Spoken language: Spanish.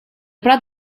prat